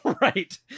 right